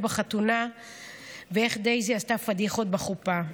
בחתונה ואיך דייזי עשתה פדיחות בחופה,